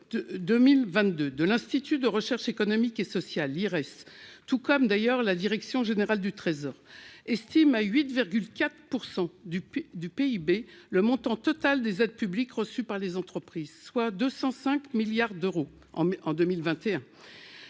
de l'Institut de recherches économiques et sociales (Ires), corroborée par les chiffres de la direction générale du Trésor, estime à 8,4 % du PIB le montant total des aides publiques reçues par les entreprises, c'est-à-dire 205 milliards d'euros en 2021